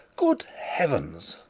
good heavens!